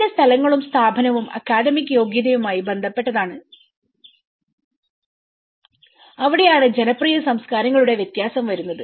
അതിന്റെ സ്ഥലങ്ങളും സ്ഥാപനവും അക്കാദമിക് യോഗ്യതയുമായി ബന്ധപ്പെട്ടതാണ് അവിടെയാണ് ജനപ്രിയ സംസ്കാരങ്ങളുടെ വ്യത്യാസം വരുന്നത്